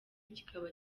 kikaba